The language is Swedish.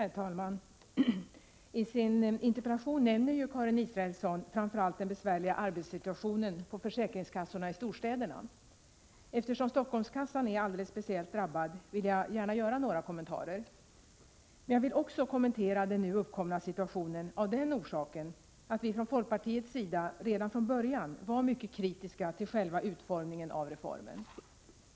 Herr talman! Karin Israelsson nämner i sin interpellation framför allt den besvärliga arbetssituationen på försäkringskassorna i storstäderna. Eftersom Stockholmskassan är alldeles speciellt drabbad, vill jag gärna göra några kommentarer. Men jag vill också kommentera den nu uppkomna situationen av den orsaken att vi i folkpartiet redan från början var mycket kritiska till själva utformningen av reformen.